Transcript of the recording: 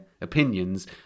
opinions